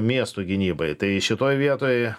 miestų gynybai tai šitoj vietoj